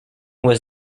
was